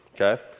okay